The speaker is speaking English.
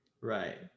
Right